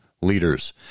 leaders